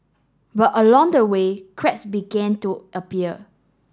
but along the way cracks began to appear